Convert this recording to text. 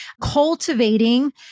cultivating